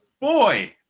boy